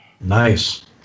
Nice